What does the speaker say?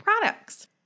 products